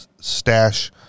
stash